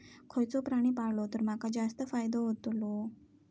खयचो प्राणी पाळलो तर माका जास्त फायदो होतोलो?